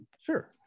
sure